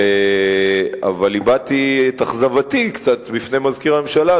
אבל הבעתי את אכזבתי קצת בפני מזכיר הממשלה,